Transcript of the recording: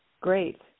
Great